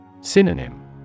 Synonym